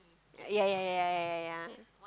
ya ya ya ya ya ya ya